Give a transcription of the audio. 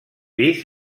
pis